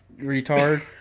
retard